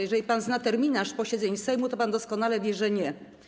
Jeżeli pan zna terminarz posiedzeń Sejmu, to pan doskonale wie, że nie.